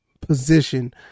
position